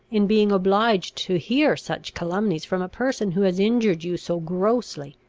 in being obliged to hear such calumnies from a person who has injured you so grossly.